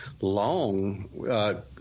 long